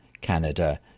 Canada